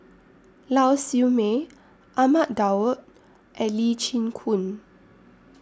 Lau Siew Mei Ahmad Daud and Lee Chin Koon